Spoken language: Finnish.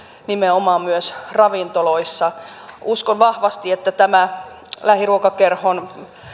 nimenomaan myös ravintoloissa uskon vahvasti että tämä lähiruokakerhon